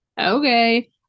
Okay